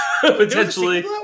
Potentially